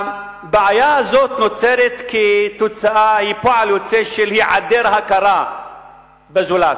בעיה זו היא פועל יוצא של היעדר הכרה בזולת.